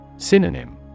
synonym